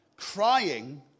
Crying